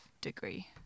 degree